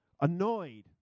Annoyed